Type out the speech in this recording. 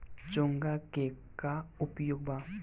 चोंगा के का उपयोग बा?